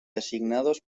designados